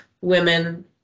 women